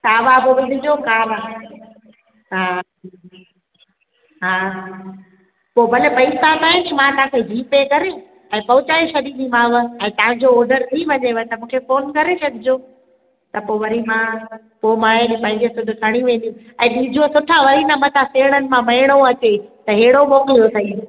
सावा बि विझिजो कारा हा हा पोइ भले पैसा मां नी मां तव्हांखे जी पे करे ऐं पहुचाए छॾींदीमांव ऐं तव्हांजो ऑडर थी वञेव त मूंखे फ़ोन करे छॾिजो त पोइ वरी मां पोइ मां हीअ न पंहिंजे ख़ुदि खणी वेंदी ऐं ॾिजो सुठा वरी त मथां सेणनि मां मेणो अचे त हेॾो मोकिलियो अथई